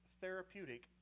therapeutic